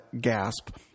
gasp